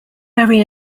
very